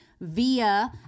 via